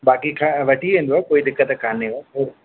बाक़ी खां वठी वेंदव कोई दिक़त कानेव